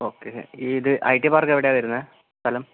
okay ഇത് I T park എവിടെയാ വരുന്നത് സ്ഥലം